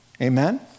Amen